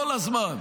כל הזמן.